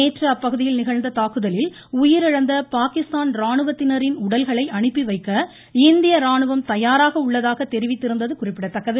நேற்று அப்பகுதியில் நிகழ்ந்த தாக்குதலில் உயிரிழந்த பாகிஸ்தான் ராணுவத்தினரின் உடல்களை அனுப்பி வைக்க இந்திய ராணுவம் தயாராக உள்ளதாக தெரிவித்திருந்தது குறிப்பிடத்தக்கது